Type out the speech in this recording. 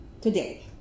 today